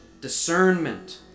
discernment